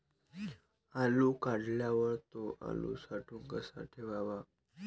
आलू काढल्यावर थो आलू साठवून कसा ठेवाव?